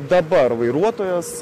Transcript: dabar vairuotojas